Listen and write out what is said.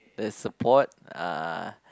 there's support uh